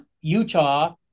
Utah